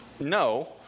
No